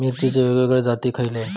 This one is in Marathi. मिरचीचे वेगवेगळे जाती खयले?